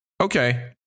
okay